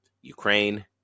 Ukraine